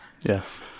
Yes